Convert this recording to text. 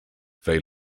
they